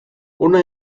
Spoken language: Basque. hona